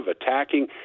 attacking